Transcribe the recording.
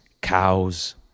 cows